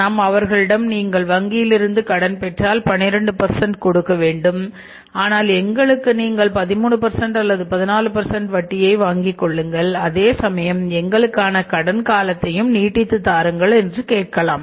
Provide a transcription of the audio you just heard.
நாம் அவர்களிடம் நீங்கள் வங்கியில் இருந்து கடன் பெற்றால் 12 கொடுக்க வேண்டும் ஆனால் எங்களுக்கு நீங்கள் 13 அல்லது 14 வட்டியை வாங்கிக்கொள்ளுங்கள் அதேசமயம் எங்களுக்கான கடன் காலத்தையும் நீட்டித்து தாருங்கள் என்று கேட்கலாம்